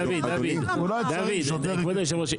כבוד היושב-ראש,